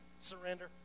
surrender